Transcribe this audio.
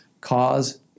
Cause